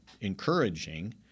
encouraging